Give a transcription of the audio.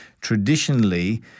traditionally